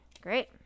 Great